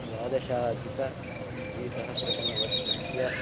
द्वादशाधिकद्विसहस्रतमवर्षस्य